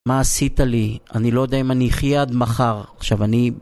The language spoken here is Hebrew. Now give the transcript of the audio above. מה עשית לי? אני לא יודע אם אני אחיה עד מחר, עכשיו אני...